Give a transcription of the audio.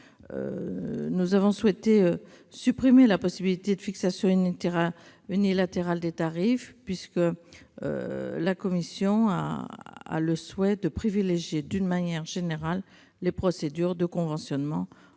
Nous avons souhaité supprimer la possibilité de fixation unilatérale des tarifs, car la commission préfère privilégier, d'une manière générale, les procédures de conventionnement entre les